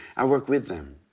i work with them.